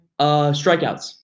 strikeouts